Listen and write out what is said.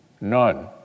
none